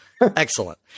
Excellent